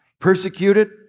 Persecuted